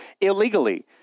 illegally